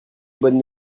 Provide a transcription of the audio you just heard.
bonne